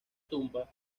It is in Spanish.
tumba